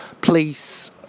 Police